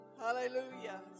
Hallelujah